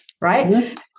Right